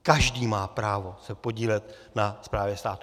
Každý má právo se podílet na správě státu.